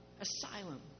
Asylum